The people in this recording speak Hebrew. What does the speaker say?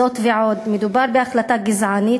זאת ועוד, מדובר בהחלטה גזענית,